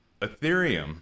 Ethereum